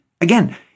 Again